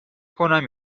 کنم